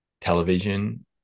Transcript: television